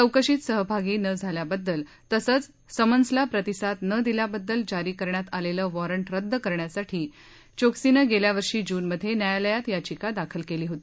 चौकशीत सहभागी न झाल्याबद्दल तसंच समन्सला प्रतिसाद न दिल्याबद्दल जारी करण्यात आलेलं वारंट रद्द करण्यासाठी चोक्सी याने गेल्या वर्षी ज्नमध्ये न्यायालयात याचिका दाखल केली होती